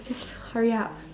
just hurry up